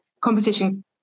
Competition